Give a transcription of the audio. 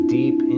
deep